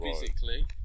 physically